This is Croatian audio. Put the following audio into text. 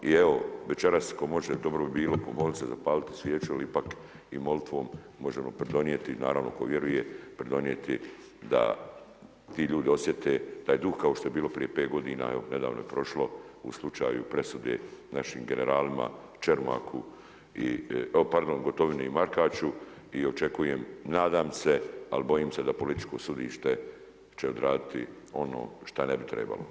I evo večeras tko može, dobro bi bilo pomoliti se, zapaliti svijeću jer ipak i molitvom možemo pridonijeti, naravno tko vjeruje, pridonijeti da ti ljudi osjete taj duh kao što je bilo prije 5 godina, evo nedavno je prošlo u slučaju presude našim generalima Čermaku, pardon Gotovini i Markaču i očekujem, nadam se ali bojim se da političko sudište će odraditi ono što ne bi trebalo.